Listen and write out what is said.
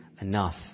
enough